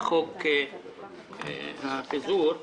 בחוק הפיזור,